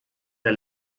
der